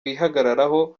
wihagararaho